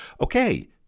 okay